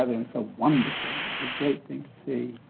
and so wonderfully. it's a great thing to see.